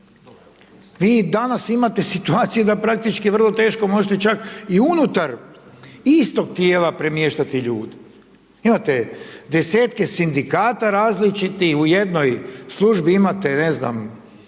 Vi danas imate situaciju da praktički vrlo teško možete čak i unutar istog tijela premještati ljude. Imate desetke sindikata različitih, u jednoj službi imate ne znam,